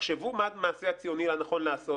תחשבו מה המעשה הציוני הנכון לעשות.